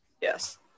yes